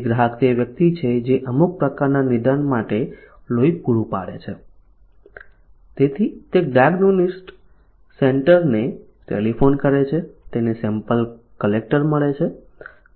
ફરીથી ગ્રાહક તે વ્યક્તિ છે જે અમુક પ્રકારના નિદાન માટે લોહી પૂરું પાડે છે તેથી તે ડાયગ્નોસ્ટિક સેન્ટરને ટેલિફોન કરે છે તેને સેમ્પલ કલેક્ટર મળે છે